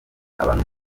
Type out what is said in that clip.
abantu